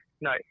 no